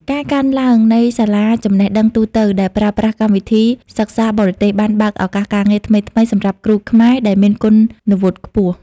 ការកើនឡើងនៃសាលាចំណេះដឹងទូទៅដែលប្រើប្រាស់កម្មវិធីសិក្សាបរទេស បានបើកឱកាសការងារថ្មីៗសម្រាប់គ្រូខ្មែរដែលមានគុណវុឌ្ឍខ្ពស់។